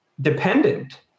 dependent